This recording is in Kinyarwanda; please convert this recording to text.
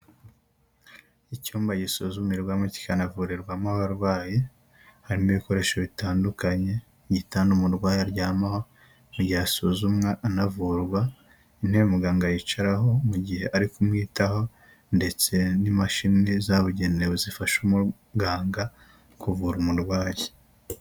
Icyumba gisuzumirwamo kikanavurirwamo abarwayi, harimo ibikoresho bitandukanye igitanda umurwa aryamaho mu gihe asuzumwa anavurwa, intebe muganga yicaraho mu gihe ari kumwitaho ndetse n'imashini zabugenewe zifasha umuganga kuvura umurwayi.